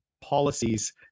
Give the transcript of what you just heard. policies